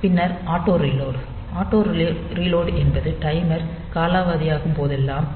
பின்னர் auto reload auto reload என்பது timer காலாவதியாகும் போதெல்லாம்